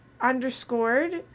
underscored